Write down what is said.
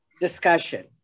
Discussion